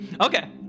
Okay